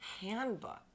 handbook